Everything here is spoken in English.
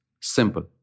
Simple